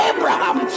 Abraham